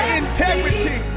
integrity